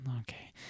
Okay